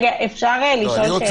רגע, אפשר לשאול שאלה, אפרופו החרגות?